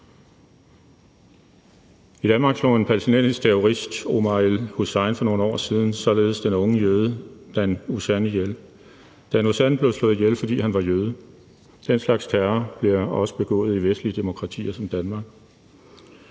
I Danmark slog en palæstinensisk terrorist, Omar el-Hussein, for nogle år siden således den unge jøde Dan Uzan ihjel. Dan Uzan blev slået ihjel, fordi han var jøde. Den slags terror bliver også begået i vestlige demokratier som Danmark,